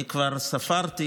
אני כבר ספרתי,